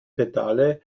pedale